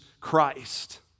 Christ